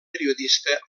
periodista